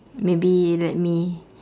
maybe let me